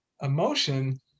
emotion